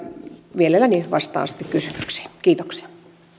mielelläni vastaan sitten kysymyksiin kiitoksia